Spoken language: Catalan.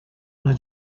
una